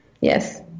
yes